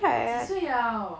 他几岁 liao